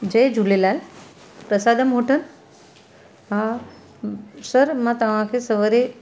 जय Jhulelal Prasadam hotel हा सर मां तव्हांखे सवेरे